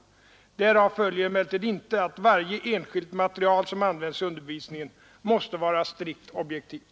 Därav följer emellertid inte att varje enskilt material som används i undervisningen måste vara strikt objektivt.